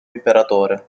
imperatore